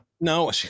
No